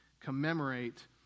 commemorate